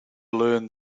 learn